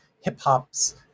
hip-hop's